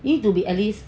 need to be at least